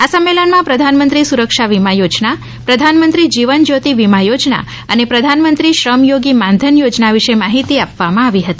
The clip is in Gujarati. આ સંમેલન માં પ્રધાનમંત્રી સુરક્ષા બીમા યોજના પ્રધાનમંત્રી જીવન જ્યોતી બીમા યોજના અને પ્રધાનમંત્રી શ્રમયોગી માનધન યોજના વિશે માહિતી આપવામાં આવી હતી